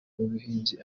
ubuhinzi